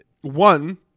One –